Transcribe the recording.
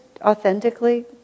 authentically